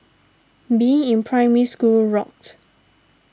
being in Primary School rocked